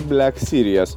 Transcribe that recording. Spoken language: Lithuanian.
black series